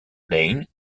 lane